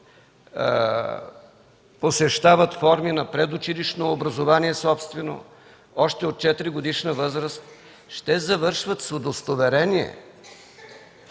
посещават форми на предучилищно образование – собствено, още от четиригодишна възраст, ще завършват с удостоверение.